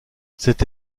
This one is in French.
cette